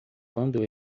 quando